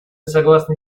согласны